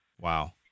Wow